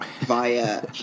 via